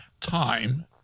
time